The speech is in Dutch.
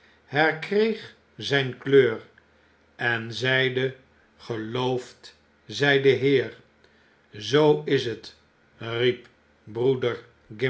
herkreeg zijn kleur en zeide geloofd zij de heer s zoo is het riep broeder